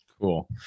Cool